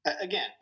again